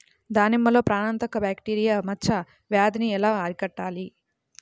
దానిమ్మలో ప్రాణాంతక బ్యాక్టీరియా మచ్చ వ్యాధినీ ఎలా అరికట్టాలి?